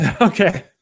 okay